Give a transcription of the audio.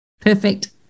perfect